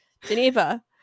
geneva